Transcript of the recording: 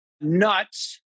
Nuts